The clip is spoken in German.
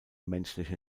menschliche